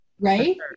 Right